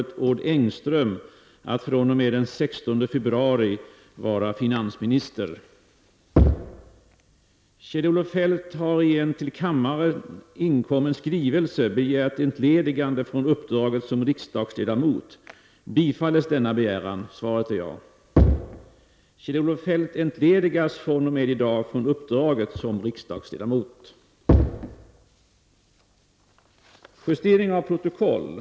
Jag erinrar om stadgandet i 8 § i samma kapitel: Har regeringens samtliga ledamöter entledigats, uppehåller de sina befattningar till dess ny regering har tillträtt. Stockholm den 15 februari 1990 Thage G Peterson Talman